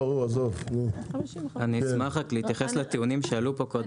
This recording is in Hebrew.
אני אשמח רק להתייחס לטיעונים שעלו פה קודם.